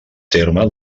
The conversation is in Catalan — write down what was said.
terme